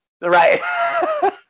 right